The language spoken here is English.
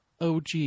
OG